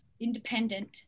independent